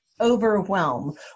overwhelm